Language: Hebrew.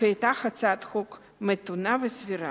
שהיתה הצעת חוק מתונה וסבירה.